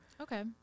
Okay